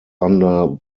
under